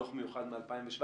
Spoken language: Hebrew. דוח מיוחד מ-2017,